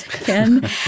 again